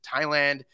Thailand